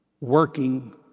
working